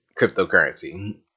cryptocurrency